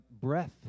breath